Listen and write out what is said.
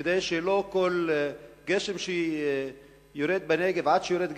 כדי שלא כל גשם שיורד בנגב, עד שיורד גשם,